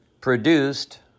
produced